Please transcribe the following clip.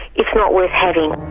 it's not worth having.